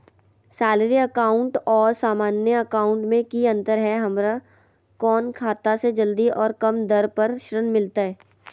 Salary account और सामान्य account मे की अंतर है हमरा कौन खाता से जल्दी और कम दर पर ऋण मिलतय?